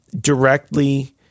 directly